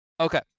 Okay